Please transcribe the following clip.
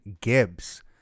Gibbs